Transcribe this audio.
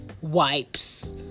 wipes